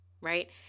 right